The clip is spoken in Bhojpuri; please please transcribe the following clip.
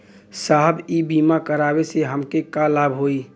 साहब इ बीमा करावे से हमके का लाभ होई?